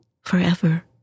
forever